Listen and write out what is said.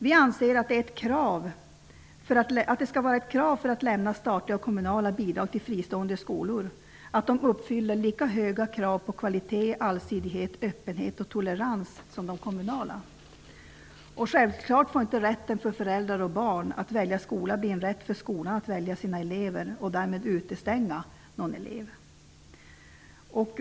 Vi anser att ett krav för att fristående skolor skall få statliga och kommunala bidrag skall vara att de uppfyller lika höga krav på kvalitet, allsidighet, öppenhet och tolerans som de kommunala. Självfallet får inte rätten för föräldrar och barn att välja skola bli en rätt för skolan att välja sina elever och därmed utestänga någon elev.